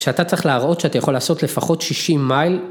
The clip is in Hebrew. שאתה צריך להראות שאתה יכול לעשות לפחות 60 מייל.